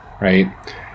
Right